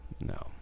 No